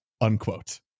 unquote